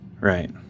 right